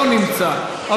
לא נמצא.